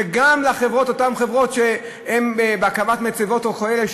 וגם לאותן חברות שהן בהקמת מצבות או כאלה,